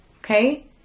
Okay